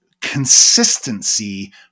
consistency